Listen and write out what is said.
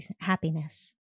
happiness